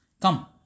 Come